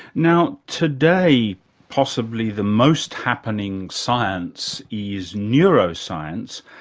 now, today possibly the most happening science is neuroscience,